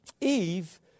Eve